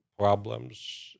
problems